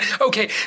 Okay